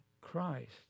Christ